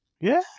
Yeah